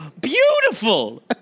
beautiful